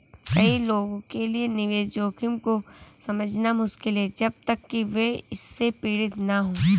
कई लोगों के लिए निवेश जोखिम को समझना मुश्किल है जब तक कि वे इससे पीड़ित न हों